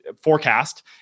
forecast